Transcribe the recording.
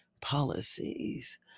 policies